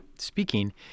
speaking